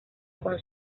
con